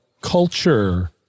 culture